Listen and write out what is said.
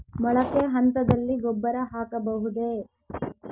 ಮೊಳಕೆ ಹಂತದಲ್ಲಿ ಗೊಬ್ಬರ ಹಾಕಬಹುದೇ?